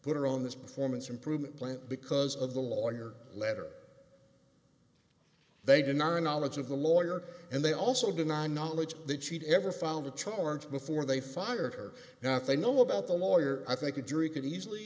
put her on this performance improvement plan because of the lawyer letter they deny knowledge of the lawyer and they also deny knowledge that she'd ever found the charge before they fired her now if they know about the lawyer i think a jury could easily